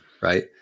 Right